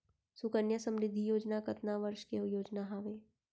सुकन्या समृद्धि योजना कतना वर्ष के योजना हावे?